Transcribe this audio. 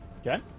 Okay